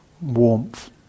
warmth